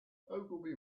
ogilvy